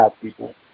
people